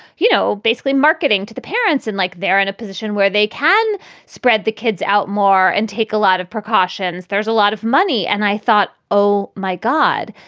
you know, basically marketing to the parents and like they're in a position where they can spread the kids out more and take a lot of precautions. precautions. there's a lot of money. and i thought, oh, my god,